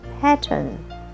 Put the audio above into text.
pattern